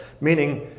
meaning